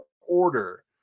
order